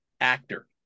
actor